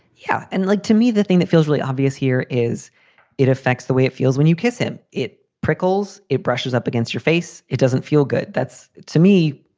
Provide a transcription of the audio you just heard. yeah. and like to me, the thing that feels really obvious here is it affects the way it feels when you kiss him. it prickles it brushes up against your face. it doesn't feel good. that's to me,